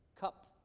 cup